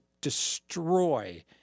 destroy